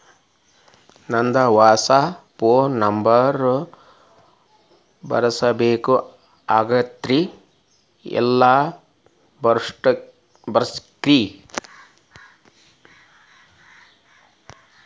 ನಂದ ಹೊಸಾ phone number ಬರಸಬೇಕ್ ಆಗೈತ್ರಿ ಎಲ್ಲೆ ಬರಸ್ಬೇಕ್ರಿ?